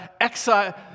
Exile